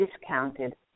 discounted